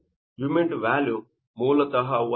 humid volume ಮೂಲತಃ ಒಂದು K